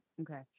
okay